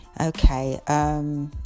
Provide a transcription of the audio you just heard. Okay